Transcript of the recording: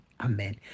Amen